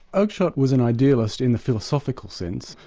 oakeshott was an idealist in the philosophical sense,